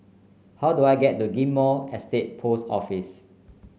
how do I get to Ghim Moh Estate Post Office